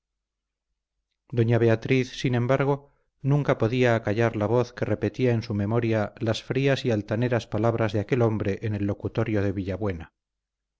doña beatriz sin embargo nunca podía acallar la voz que repetía en su memoria las frías y altaneras palabras de aquel hombre en el locutorio de